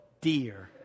dear